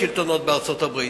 לשלטונות בארצות-הברית,